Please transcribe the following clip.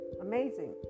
amazing